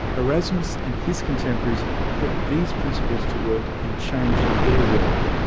erasmus and his contemporaries put these principles to work and changed their world.